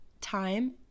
time